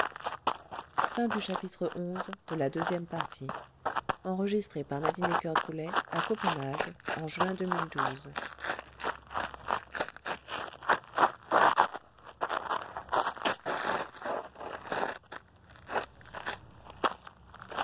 à yonville en